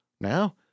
Now